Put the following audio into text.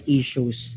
issues